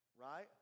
right